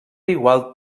igual